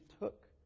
took